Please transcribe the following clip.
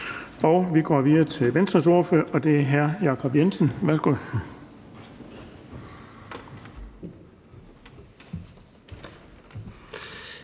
Vi går videre til Venstres ordfører, og det er hr. Jacob Jensen. Værsgo.